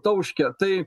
tauškia tai